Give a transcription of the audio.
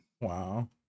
Wow